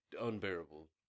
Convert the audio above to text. unbearable